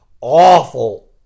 awful